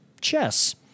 Chess